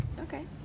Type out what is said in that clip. Okay